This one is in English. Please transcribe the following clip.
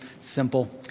simple